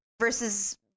Versus